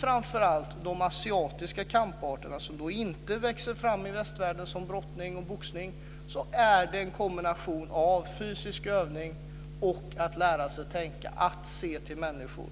Framför allt de asiatiska kamparter som inte växer fram i västvärlden som brottning och boxning innehåller en kombination av fysisk övning och inslag av att lära sig tänka och se till människor.